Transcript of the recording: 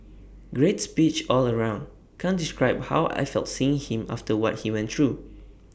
great speech all round can't describe how I felt seeing him after what he went through